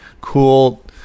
cool